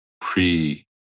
pre-